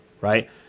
right